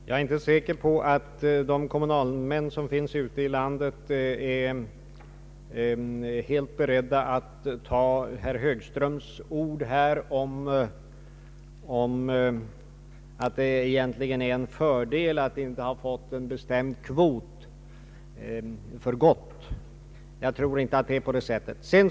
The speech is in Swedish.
Herr talman! Jag är inte säker på att kommunalmännen ute i landet är helt beredda att acceptera herr Högströms uttalande här att det egentligen är en fördel att inte ha fått en bestämd kvot. Jag tror inte heller att det är en fördel.